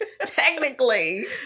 technically